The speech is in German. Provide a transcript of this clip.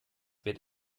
wird